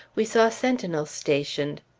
we saw sentinels stationed.